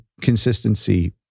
consistency